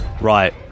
right